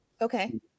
Okay